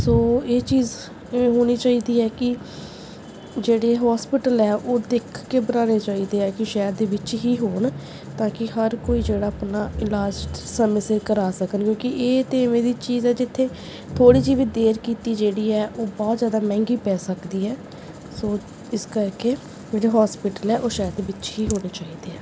ਸੋ ਇਹ ਚੀਜ਼ ਇਹ ਹੋਣੀ ਚਾਹੀਦੀ ਹੈ ਕਿ ਜਿਹੜੇ ਹੋਸਪਿਟਲ ਆ ਉਹ ਦੇਖ ਕੇ ਬਣਾਉਣੇ ਚਾਹੀਦੇ ਆ ਕਿ ਸ਼ਹਿਰ ਦੇ ਵਿੱਚ ਹੀ ਹੋਣ ਤਾਂ ਕਿ ਹਰ ਕੋਈ ਜਿਹੜਾ ਆਪਣਾ ਇਲਾਜ ਸਮੇਂ ਸਿਰ ਕਰਾ ਸਕਣ ਕਿਉਂਕਿ ਇਹ ਤਾਂ ਇਵੇਂ ਦੀ ਚੀਜ਼ ਹੈ ਜਿੱਥੇ ਥੋੜ੍ਹੀ ਜਿਹੀ ਵੀ ਦੇਰ ਕੀਤੀ ਜਿਹੜੀ ਹੈ ਉਹ ਬਹੁਤ ਜ਼ਿਆਦਾ ਮਹਿੰਗੀ ਪੈ ਸਕਦੀ ਹੈ ਸੋ ਇਸ ਕਰਕੇ ਜਿਹੜੇ ਹੋਸਪਿਟਲ ਹੈ ਉਹ ਸ਼ਹਿਰ ਦੇ ਵਿੱਚ ਹੀ ਹੋਣੇ ਚਾਹੀਦੇ ਆ